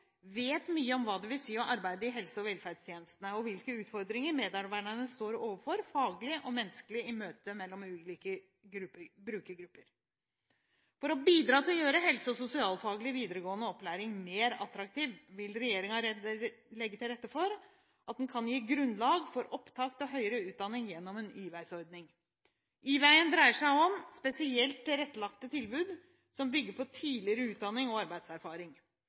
vet mye om hva det vil si å arbeide i helse- og velferdstjenestene, og hvilke utfordringer medarbeiderne står overfor faglig og menneskelig i møte med ulike brukergrupper. For å bidra til å gjøre helse- og sosialfaglig videregående opplæring mer attraktiv vil regjeringen legge til rette for at den kan gi grunnlag for opptak til høyere utdanning gjennom en Y-veisordning. Y-veien dreier seg om spesielt tilrettelagte tilbud som bygger på tidligere utdanning og arbeidserfaring.